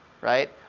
right